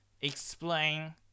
explain